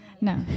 no